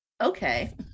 Okay